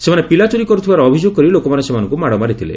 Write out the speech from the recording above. ସେମାନେ ପିଲାଚୋରୀ କରୁଥିବାର ଅଭିଯୋଗ କରି ଲୋକମାନେ ସେମାନଙ୍କୁ ମାଡ଼ ମାରିଥିଲେ